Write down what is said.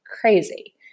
crazy